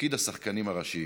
לתפקיד השחקנים הראשיים.